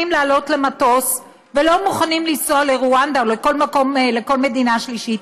לעלות למטוס ולא מוכנים לנסוע לרואנדה או לכל מדינה שלישית,